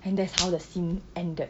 and that's how the scene ended